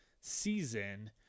season